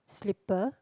slipper